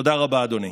תודה רבה, אדוני.